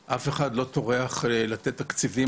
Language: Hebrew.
מכיוון שאף אחד לא טורח לתת תקציבים